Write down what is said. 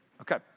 Okay